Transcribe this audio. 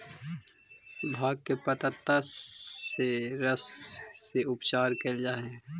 भाँग के पतत्ता के रस से उपचार कैल जा हइ